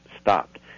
stopped